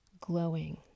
glowing